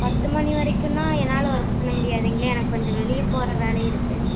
பத்து மணி வரைக்குன்னா என்னால் ஒர்க் பண்ண முடியாதுங்களே எனக்கு கொஞ்சம் வெளியே போகிற வேலை இருக்குது